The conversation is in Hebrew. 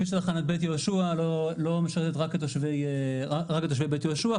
כפי שתחנת בית יהושע לא משרתת רק את תושבי בית יהושע,